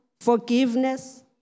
forgiveness